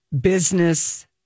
business